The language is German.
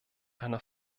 einer